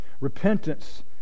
Repentance